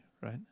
Right